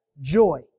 joy